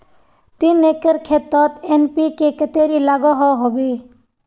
तीन एकर खेतोत एन.पी.के कतेरी लागोहो होबे?